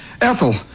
Ethel